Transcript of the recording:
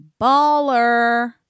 Baller